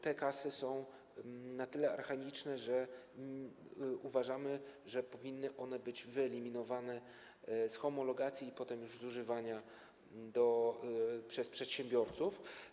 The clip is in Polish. Te kasy są na tyle archaiczne, że uważamy, że powinny one być wyeliminowane z homologacji i potem już z używania przez przedsiębiorców.